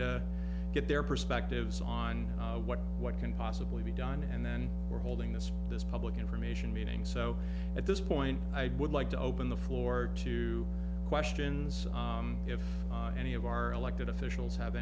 to get their perspectives on what can possibly be done and then we're holding this this public information meeting so at this point i would like to open the floor to questions if any of our elected officials have